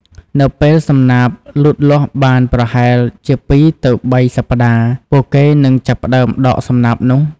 នៅពេលសំណាបលូតលាស់បានប្រហែលជាពីរទៅបីសប្តាហ៍ ពួកគេនឹងចាប់ផ្តើមដកសំណាបនោះ។